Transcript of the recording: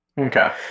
Okay